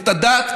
את הדת,